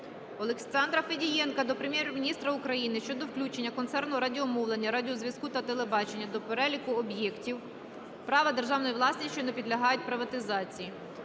Олександра Федієнка до Прем'єр-міністра України щодо включення Концерну радіомовлення, радіозв'язку та телебачення до переліку об'єктів права державної власності, що не підлягають приватизації.